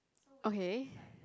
okay